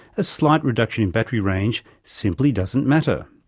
a slight reduction in battery range simply doesn't matter.